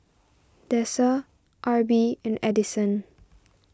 Dessa Arbie and Edison